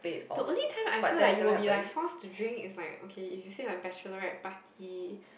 the only time I feel like you will be like force to drink is like okay if you say like bachelorette party